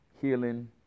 healing